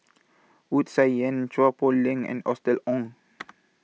Wu Tsai Yen Chua Poh Leng and Austen Ong